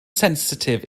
sensitif